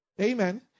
Amen